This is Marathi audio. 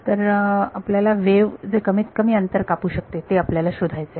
तर आपल्याला वेव्ह जे कमीतकमी अंतर कापू शकते ते आपल्याला शोधायचे आहे